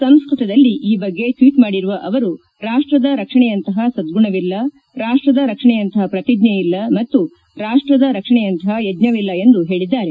ಸಂಸ್ಕೃತದಲ್ಲಿ ಈ ಬಗ್ಗೆ ಟ್ವೀಟ್ ಮಾಡಿರುವ ಅವರು ರಾಷ್ಟದ ರಕ್ಷಣೆಯಂತಪ ಸದ್ಗುಣವಿಲ್ಲ ರಾಷ್ಟದ ರಕ್ಷಣೆಯಂತಪ ಪ್ರತಿಷ್ಣ ಇಲ್ಲ ಮತ್ತು ರಾಷ್ಟದ ರಕ್ಷಣೆಯಂತಪ ಯಜ್ಞವಿಲ್ಲ ಎಂದು ಹೇಳಿದ್ದಾರೆ